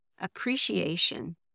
appreciation